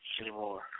anymore